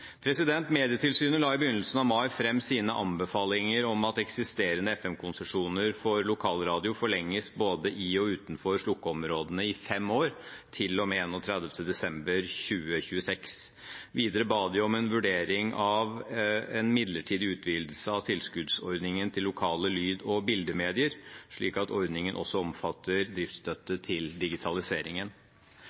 Medietilsynet la i begynnelsen av mai fram sine anbefalinger om at eksisterende FM-konsesjoner for lokalradio forlenges både i og utenfor slukkeområdene i fem år, til og med 31. desember 2026. Videre ba de om en vurdering av en midlertidig utvidelse av tilskuddsordningen til lokale lyd- og bildemedier, slik at ordningen også omfatter driftsstøtte til digitaliseringen.